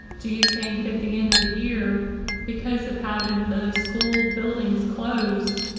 do you think at the end of the year because of having those school buildings closed?